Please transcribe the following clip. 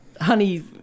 honey